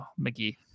McGee